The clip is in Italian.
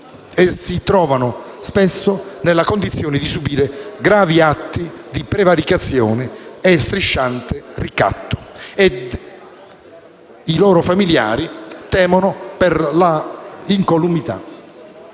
e si trovano spesso nella condizione di subire gravi atti di prevaricazione e strisciante ricatto tanto che i loro familiari temono per la propria incolumità.